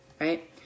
right